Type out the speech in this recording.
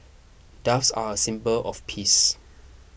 doves are a symbol of peace